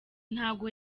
ntago